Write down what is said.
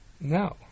No